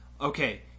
okay